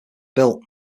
built